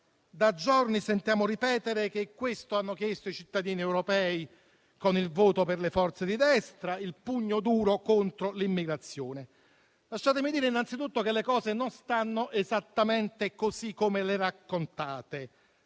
Da giorni sentiamo ripetere che questo hanno chiesto i cittadini europei con il voto per le forze di destra: il pugno duro contro l'immigrazione. Lasciatemi dire innanzitutto che le cose non stanno esattamente così come le raccontate.